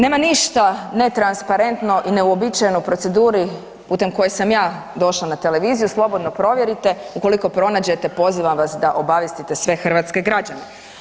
Nema ništa netransparentno i neuobičajeno u proceduri putem koje sam ja došla na televiziju, slobodno provjerite, ukoliko pronađete, pozivam vas da obavijestite sve hrvatske građane.